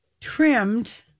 trimmed